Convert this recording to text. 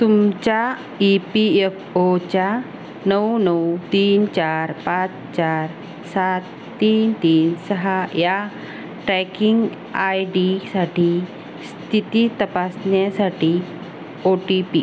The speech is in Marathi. तुमच्या ई पी एफ ओच्या नऊ नऊ तीन चार पाच चार सात तीन तीन सहा या ट्रॅकिंग आय डीसाठी स्थिती तपासण्यासाठी ओ टी पी